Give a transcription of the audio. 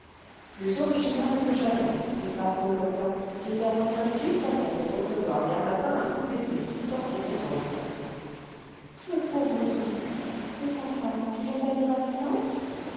plus original que jamais il part pour l'orient et il en revient juste à temps pour recevoir hier matin un coup d'épée fort innocent du reste ce pauvre duc et sa femme toujours belle et ravissante